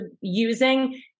using